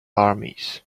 armies